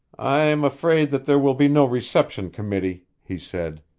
i am afraid that there will be no reception committee, he said.